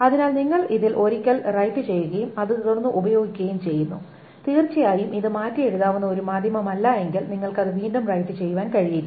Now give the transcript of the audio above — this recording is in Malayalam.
അതിനാൽ നിങ്ങൾ ഇത് ഒരിക്കൽ റൈറ്റു ചെയ്യുകയും അത് തുടർന്ന് ഉപയോഗിക്കുകയും ചെയ്യുന്നു തീർച്ചയായും ഇത് മാറ്റിയെഴുതാവുന്ന ഒരു മാധ്യമമല്ലെങ്കിൽ നിങ്ങൾക്ക് അത് വീണ്ടും റൈറ്റു ചെയ്യുവാൻ കഴിയില്ല